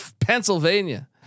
Pennsylvania